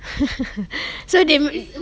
so they